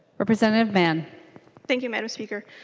representative mann thank you mme. and speaker.